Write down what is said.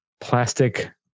plastic